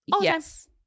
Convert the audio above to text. Yes